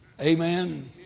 Amen